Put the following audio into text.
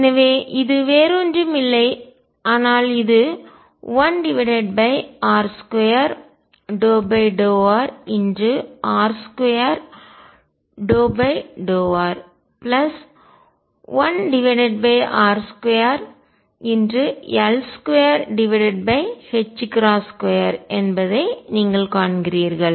எனவே இது வேறு ஒன்றும் இல்லை ஆனால் இது 1r2∂rr2∂r1r2 என்பதை நீங்கள் காண்கிறீர்கள்